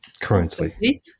currently